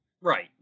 Right